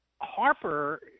Harper